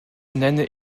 nenne